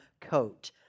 coat